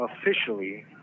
officially